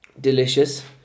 delicious